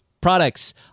products